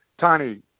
Tony